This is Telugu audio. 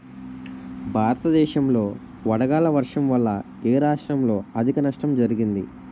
భారతదేశం లో వడగళ్ల వర్షం వల్ల ఎ రాష్ట్రంలో అధిక నష్టం జరిగింది?